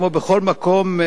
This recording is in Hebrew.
כמו בכל מקום,